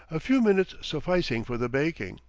a few minutes sufficing for the baking.